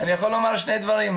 אני יכול לומר שני דברים.